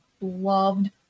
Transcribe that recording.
loved